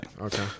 Okay